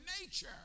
nature